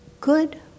good